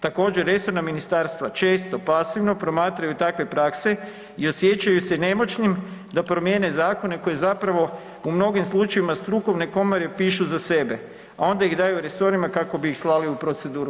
Također resorna ministarstva često pasivno promatraju takve prakse i osjećaju se nemoćnim da promijene zakone koji zapravo u mnogim slučajevima strukovne komore pišu za sebe, a onda ih daju resorima kako bi ih slali u proceduru.